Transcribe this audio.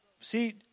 see